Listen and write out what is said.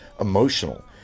emotional